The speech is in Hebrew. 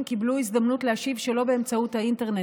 קיבלו הזדמנות להשיב שלא באמצעות האינטרנט.